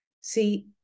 see